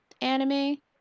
anime